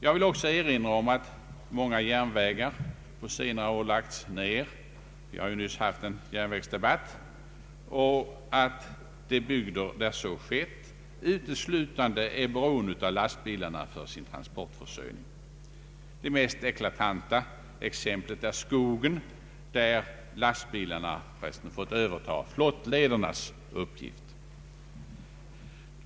Jag vill också erinra om att många järnvägar på senare år lagts ner — vi har ju nyss haft en järnvägsdebatt. De bygder där så skett är uteslutande beroende av lastbilarna för sin transportförsörjning. Det mest eklatanta exemplet på den nuvarande situationen är skogen, där lastbilarna fått överta flottledernas uppgift.